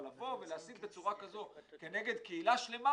אבל לבוא ולהסית בצורה כזאת כנגד קהילה שלמה